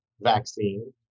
vaccine